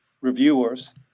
reviewers